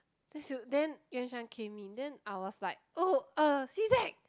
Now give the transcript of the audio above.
then Xiu then Yuan-Shan came in then I was like oh uh C_Z